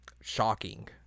Shocking